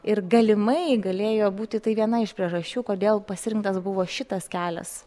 ir galimai galėjo būti tai viena iš priežasčių kodėl pasirinktas buvo šitas kelias